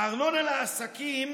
הארנונה לעסקים